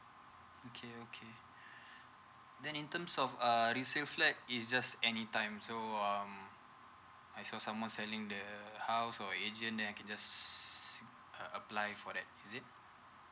okay okay then in terms of uh resale flat is just any time so um I saw someone selling the house or agent then I can just uh apply for that is it